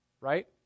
Right